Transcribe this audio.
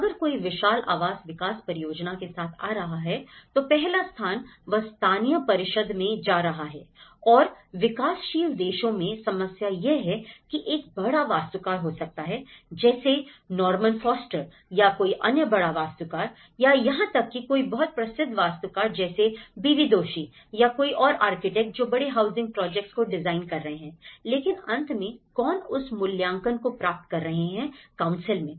अगर कोई विशाल आवास विकास परियोजना के साथ आ रहा है तो पहला स्थान वह स्थानीय परिषद में जा रहा है और विकासशील देशों में समस्या यह है कि वह एक बड़ा वास्तुकार हो सकता है जैसे नॉर्मन फोस्टर या कोई अन्य बड़ा वास्तुकार या यहां तक कि कोई बहुत प्रसिद्ध वास्तुकार जैसे बीवी दोशी या कोई और आर्किटेक्ट जो बड़े हाउसिंग प्रोजेक्ट्स को डिजाइन कर रहे हैं लेकिन अंत में कौन उस मूल्यांकन को प्राप्त कर रहे हैं काउंसिल में